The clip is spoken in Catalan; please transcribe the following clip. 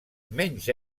menys